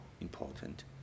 important